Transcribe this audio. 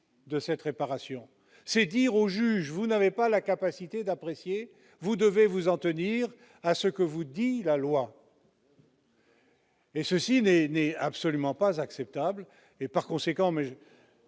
de cette réparation. C'est dire au juge :« Vous n'avez pas la capacité d'apprécier la situation ; vous devez vous en tenir à ce que vous dit la loi. » Cela n'est absolument pas acceptable ! Par conséquent,